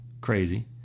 crazy